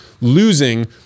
losing